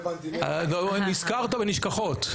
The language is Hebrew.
נזכרת בנשכחות.